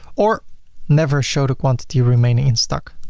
or never show the quantity remaining in stock.